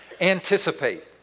Anticipate